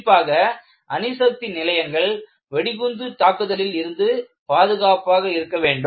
குறிப்பாகஅணுசக்தி நிலையங்கள் வெடிகுண்டு தாக்குதலில் இருந்து பாதுகாப்பாக இருக்க வேண்டும்